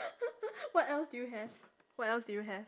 what else do you have what else do you have